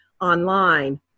online